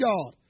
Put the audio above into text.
God